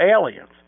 Aliens